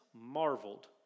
marveled